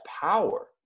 power